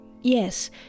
yes